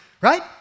right